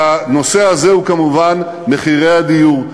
והנושא הזה כמובן הוא מחירי הדיור.